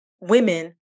women